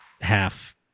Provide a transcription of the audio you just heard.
half